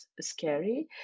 scary